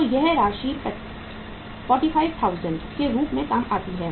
तो यह राशि 45000 के रूप में काम करती है